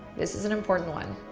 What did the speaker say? this is an important one.